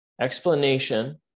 Explanation